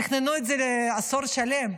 תכננו את זה עשור שלם,